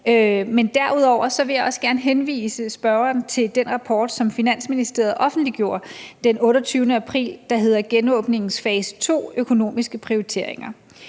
Men derudover vil jeg også gerne henvise spørgeren til den rapport, som Finansministeriet offentliggjorde den 28. april, der hedder »Genåbning fase 2: Økonomiske prioriteringer«.